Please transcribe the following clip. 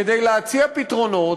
כדי להציע פתרונות,